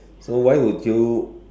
so why would you